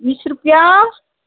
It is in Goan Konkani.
वीस रूपया